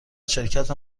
شرکت